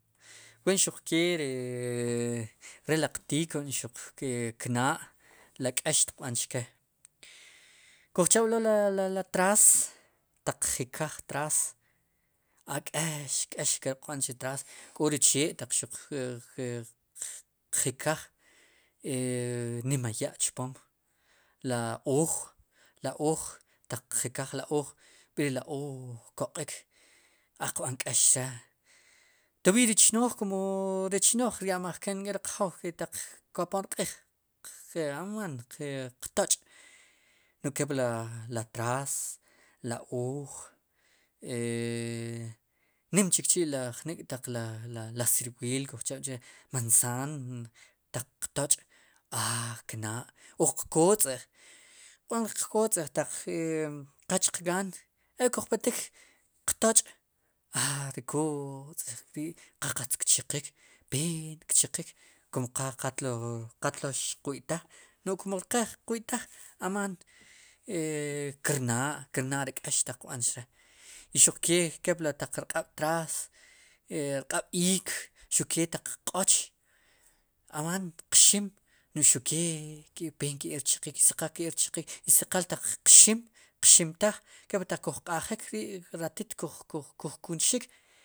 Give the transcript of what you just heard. Wen xuqkee ri re riq tikee xuq kna'a la k'ex tiq b'an chke kujchab'lo la la la ri traas taq jekaj traas a k'ex k'ex qb'an chu traas k'o ri chee ataq ki'jekaaj nima ya' chpom la oj, la ooj taq qjekaj la ooj re la ooj b'eer kpq'iik qb'an k'eex chre toviiy ri chnooj kun ri chnooj ya'majken nk'i riq jow kopon rq'iij qe aman qtoch' no'j kepla traas la ooj e e nim chikchi' jnik la cirhueel kujcha'che mansaan taq qtoch' aa knaa' o kotz'a qb'an qkotz'a ata e e a taq qach qgaan e kuj petik qtoch' aa ri kootz' qa qatz kchiqiik peen kchiqik kum qa qa qatlo qwi'taj kum ri qe qwi'taaj amaan e e kirnaa, kirnaa' ri k'eex taq qb'an chere i xuq kee kepli rq'ab' traas rq'ab'iik xukee taq qq'ooch amaan qxim no'j xuq kee peen keek rchiqiik i si qal taq qxim qximtaj ker taq kuj q'ajik kb'i' ratit kuj kuntxik.